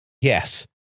Yes